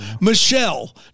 Michelle